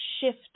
shift